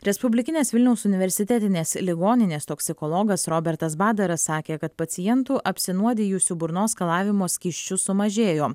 respublikinės vilniaus universitetinės ligoninės toksikologas robertas badaras sakė kad pacientų apsinuodijusių burnos skalavimo skysčiu sumažėjo